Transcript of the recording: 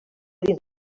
dins